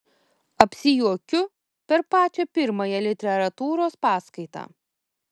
apsijuokiu per pačią pirmąją literatūros paskaitą